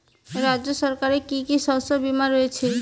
রাজ্য সরকারের কি কি শস্য বিমা রয়েছে?